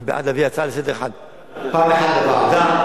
אני בעד להביא הצעה לסדר-היום פעם אחת לוועדה,